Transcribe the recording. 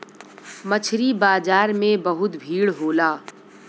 मछरी बाजार में बहुत भीड़ होला